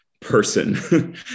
Person